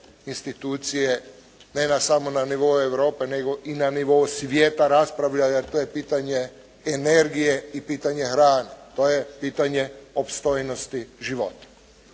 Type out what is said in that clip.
institucije, ne na samo na nivou Europe, nego i na nivou svijeta raspravljaju jer to je pitanje energije i pitanje hrane. To je pitanje opstojnosti života.